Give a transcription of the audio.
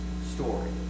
story